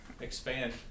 expand